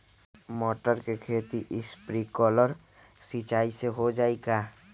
मटर के खेती स्प्रिंकलर सिंचाई से हो जाई का?